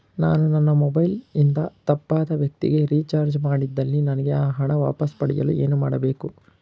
ನಾನು ನನ್ನ ಮೊಬೈಲ್ ಇಂದ ತಪ್ಪಾದ ವ್ಯಕ್ತಿಗೆ ರಿಚಾರ್ಜ್ ಮಾಡಿದಲ್ಲಿ ನನಗೆ ಆ ಹಣ ವಾಪಸ್ ಪಡೆಯಲು ಏನು ಮಾಡಬೇಕು?